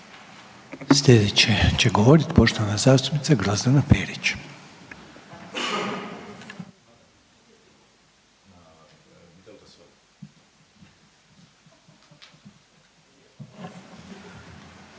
Sljedeća će govoriti poštovana zastupnica Grozdana Perić.